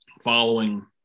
following –